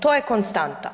To je konstanta.